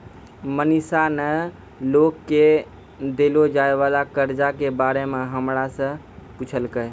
मनीषा ने लोग के देलो जाय वला कर्जा के बारे मे हमरा से पुछलकै